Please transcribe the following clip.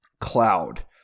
cloud